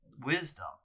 wisdom